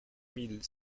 mille